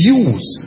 use